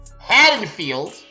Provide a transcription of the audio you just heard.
Haddonfield